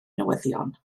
newyddion